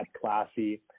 classy